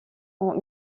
ont